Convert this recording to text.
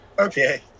okay